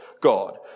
God